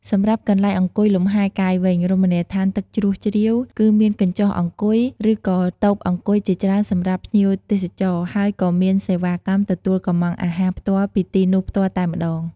សម្រាប់កន្លែងអង្គុយលំហែរកាយវិញ រមណីយដ្ឋានទឹកជ្រោះជ្រាវ គឺមានកញ្ចុះអង្គុយ រឺក៏តូបអង្គុយជាច្រើនសម្រាប់ភ្ញៀវទេសចរ ហើយក៏មានសេវាកម្មទទួលកម្មង់អាហារផ្ទាល់ពីទីនោះផ្ទាល់តែម្តង។